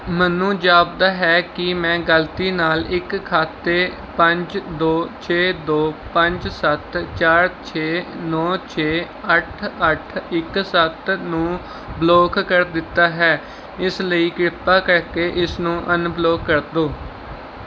ਮੈਨੂੰ ਜਾਪਦਾ ਹੈ ਕੀ ਮੈਂ ਗਲਤੀ ਨਾਲ ਇੱਕ ਖਾਤੇ ਪੰਜ ਦੋ ਛੇ ਦੋ ਪੰਜ ਸੱਤ ਚਾਰ ਛੇ ਨੌ ਛੇ ਅੱਠ ਅੱਠ ਇੱਕ ਸੱਤ ਨੂੰ ਬਲੌਕ ਕਰ ਦਿੱਤਾ ਹੈ ਇਸ ਲਈ ਕਿਰਪਾ ਕਰਕੇ ਇਸਨੂੰ ਅਨਬਲੌਕ ਕਰ ਦਿਉ